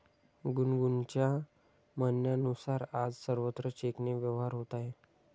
गुनगुनच्या म्हणण्यानुसार, आज सर्वत्र चेकने व्यवहार होत आहे